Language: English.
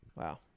Wow